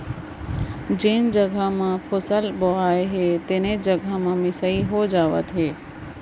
जेन जघा म फसल बोवाए हे तेने जघा म मिसाई हो जावत हे